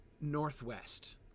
Northwest